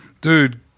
Dude